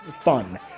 fun